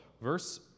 verse